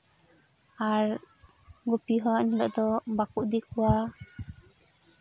ᱟᱨ ᱜᱩᱯᱤ ᱦᱚᱸ ᱮᱱᱦᱤᱞᱳᱜ ᱫᱚ ᱵᱟᱠᱚ ᱤᱫᱤ ᱠᱚᱣᱟ